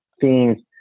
themes